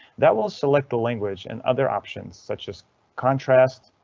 that will select the language and other options such as contrast,